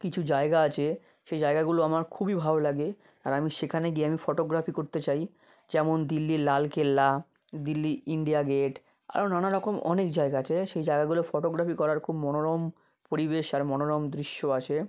কিছু জায়গা আছে সেই জায়গাগুলো আমরা খুবই ভালো লাগে আর আমি সেখানে গিয়ে আমি ফটোগ্রাফি করতে চাই যেমন দিল্লির লালকেল্লা দিল্লি ইণ্ডিয়া গেট আরও নানারকম অনেক জায়গা আছে সেই জায়গাগুলো ফটোগ্রাফি করার খুব মনোরম পরিবেশ আর মনোরম দৃশ্য আছে